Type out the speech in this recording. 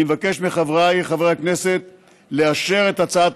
אני מבקש מחבריי חברי הכנסת לאשר את הצעת